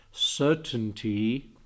Certainty